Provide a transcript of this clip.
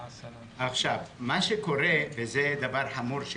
קורה דבר חמור,